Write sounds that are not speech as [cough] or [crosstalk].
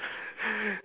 [laughs]